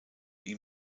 ihm